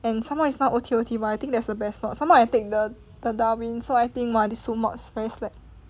and somemore is not O_T_O_T [one] but I think that's the best part somemore I take the the darwin so I think my these two mods very slack